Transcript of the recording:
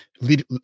lead